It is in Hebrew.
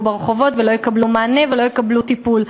ברחובות ולא יקבלו מענה ולא יקבלו טיפול.